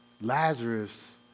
Lazarus